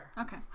Okay